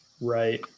Right